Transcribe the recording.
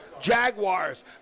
Jaguars